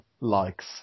likes